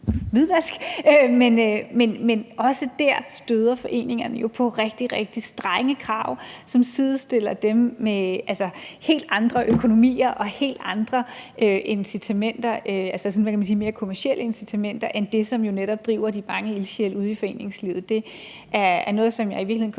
hvidvask, men også dér støder foreningerne jo på rigtig, rigtig strenge krav, som sidestiller dem med helt andre økonomier og helt andre incitamenter, altså mere kommercielle incitamenter, end det, som jo netop driver de mange ildsjæle ude i foreningslivet. Det spørgsmål er noget, som jeg i virkeligheden kun